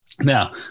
Now